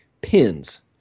pins